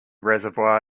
reservoir